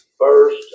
first